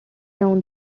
down